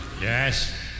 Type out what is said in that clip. Yes